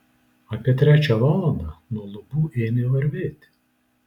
apie trečią valandą nuo lubų ėmė varvėti